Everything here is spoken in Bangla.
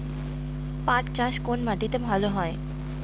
পাট চাষ কোন মাটিতে ভালো হয়?